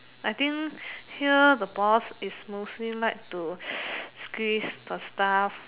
I think here the boss is mostly like to squeeze the staff